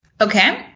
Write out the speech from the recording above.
Okay